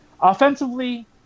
Offensively